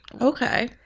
Okay